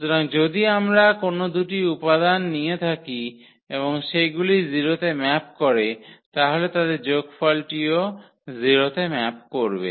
সুতরাং যদি আমরা কোনও দুটি উপাদান নিয়ে থাকি এবং সেগুলি 0 তে ম্যাপ করে তাহলে তাদের যোগফলটিও 0 তে ম্যাপ করবে